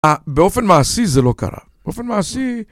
אה, באופן מעשי זה לא קרה, באופן מעשי...